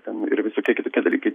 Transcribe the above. ten ir visokie kitokie dalykai